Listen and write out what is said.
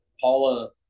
Paula